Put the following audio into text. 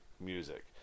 music